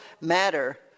matter